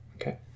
okay